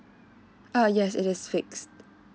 err yes it is fixed